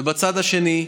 ובצד השני,